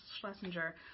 Schlesinger